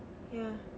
ya